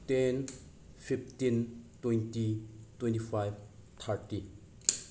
ten fifteen twenty twenty five thirty